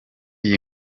iyi